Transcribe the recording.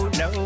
no